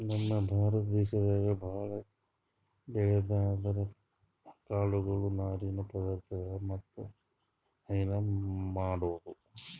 ನಮ್ ಭಾರತ ದೇಶದಾಗ್ ಭಾಳ್ ಬೆಳ್ಯಾದ್ ಅಂದ್ರ ಕಾಳ್ಗೊಳು ನಾರಿನ್ ಪದಾರ್ಥಗೊಳ್ ಮತ್ತ್ ಹೈನಾ ಮಾಡದು